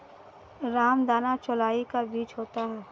रामदाना चौलाई का बीज होता है